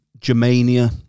Germania